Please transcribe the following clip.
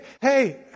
hey